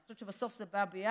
אני חושבת שבסוף זה בא ביחד,